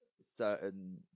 certain